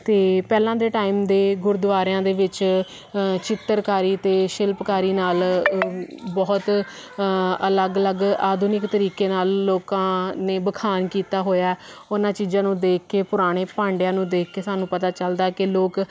ਅਤੇ ਪਹਿਲਾਂ ਦੇ ਟਾਈਮ ਦੇ ਗੁਰਦੁਆਰਿਆਂ ਦੇ ਵਿੱਚ ਚਿੱਤਰਕਾਰੀ ਅਤੇ ਸ਼ਿਲਪਕਾਰੀ ਨਾਲ ਬਹੁਤ ਅਲੱਗ ਅਲੱਗ ਆਧੁਨਿਕ ਤਰੀਕੇ ਨਾਲ ਲੋਕਾਂ ਨੇ ਵਿਖਾਣ ਕੀਤਾ ਹੋਇਆ ਉਹਨਾਂ ਚੀਜ਼ਾਂ ਨੂੰ ਦੇਖ ਕੇ ਪੁਰਾਣੇ ਭਾਂਡਿਆਂ ਨੂੰ ਦੇਖ ਕੇ ਸਾਨੂੰ ਪਤਾ ਚੱਲਦਾ ਕਿ ਲੋਕ